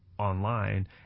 online